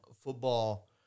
football